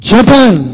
Japan